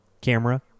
camera